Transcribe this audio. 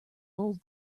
old